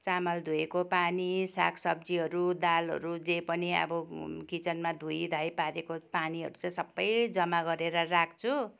चामल धुएको पानी साग सब्जीहरू दालहरू जे पनि अब किचनमा धुइधाई पारेको पानीहरू चाहिँ सबै जमा गरेर राख्छु